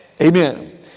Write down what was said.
Amen